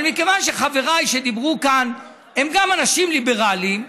אבל מכיוון שחבריי שדיברו כאן הם גם אנשים ליברליים,